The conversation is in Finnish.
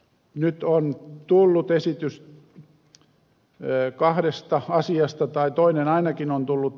nyt on tullut esitys kahdesta asiasta tai toinen ainakin on tullut